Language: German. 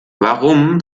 warum